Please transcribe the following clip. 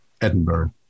Edinburgh